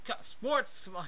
sports